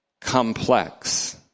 complex